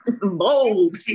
Bold